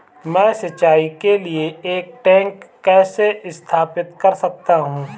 मैं सिंचाई के लिए एक टैंक कैसे स्थापित कर सकता हूँ?